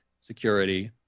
security